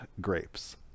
grapes